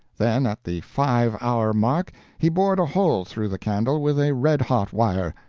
then at the five-hour mark he bored a hole through the candle with a red-hot wire.